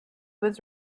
was